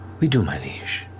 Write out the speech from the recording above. we do, my liege.